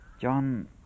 John